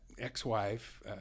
ex-wife